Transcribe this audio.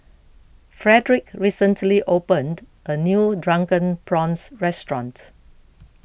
Fredric recently opened a new Drunken Prawns restaurant